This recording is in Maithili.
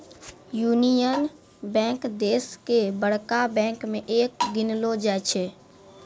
यूनियन बैंक देश के बड़का बैंक मे एक गिनलो जाय छै